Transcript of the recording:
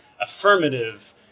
affirmative